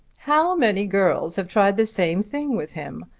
how many girls have tried the same thing with him!